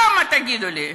למה, תגידו לי?